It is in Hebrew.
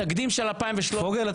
התקדים של 2013 בבג"צ לא